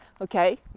okay